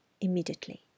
immediately